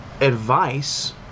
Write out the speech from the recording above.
advice